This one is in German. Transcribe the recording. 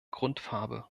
grundfarbe